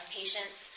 patients